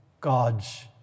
God's